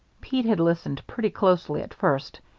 pete had listened pretty closely at first,